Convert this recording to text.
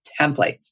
templates